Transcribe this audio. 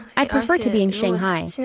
i'd prefer to be in shanghai, so